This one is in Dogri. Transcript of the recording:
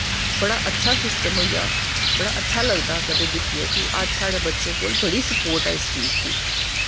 बड़ा अच्छा सिस्टम होईया बड़ा अच्छा लगदा दिक्खियै कि अज्ज साढ़े बच्चें कोल बड़ी स्पोट ऐ इस चीज़ दी